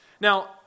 Now